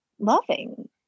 loving